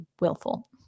willful